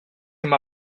him